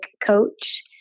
coach